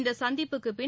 இந்த சந்திப்புக்குப் பின்